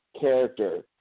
character